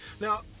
now